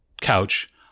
couch